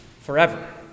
forever